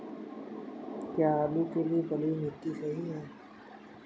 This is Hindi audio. क्या आलू के लिए बलुई मिट्टी सही है?